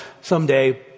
someday